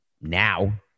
now